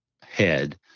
head